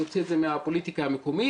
להוציא את זה מהפוליטיקה המקומית.